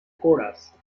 chorus